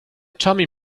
tommy